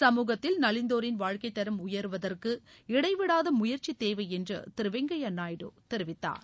சமூகத்தில் நலிந்தோரின் வாழ்க்கைத்தரம் உயருவதற்கு இடைவிடாத முயற்சி தேவை என்று திரு வெங்கய்ய நாயுடு தெரிவித்தார்